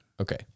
Okay